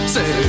Say